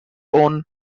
won